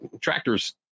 tractor's